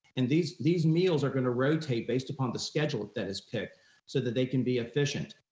and these these meals are gonna rotate based upon the schedule that is picked so that they can be efficient.